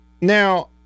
Now